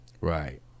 right